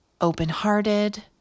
open-hearted